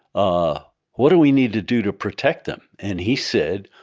ah what do we need to do to protect them? and he said,